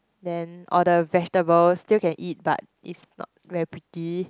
then or the vegetable still can eat but is not very pretty